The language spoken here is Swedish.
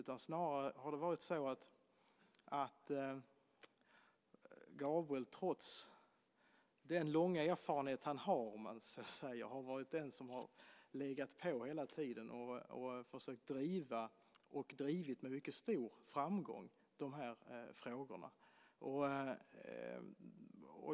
Det har snarare varit så att Gabriel, trots den långa erfarenhet han har, har varit den som legat på hela tiden och försökt driva och med mycket stor framgång drivit de här frågorna.